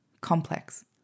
complex